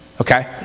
okay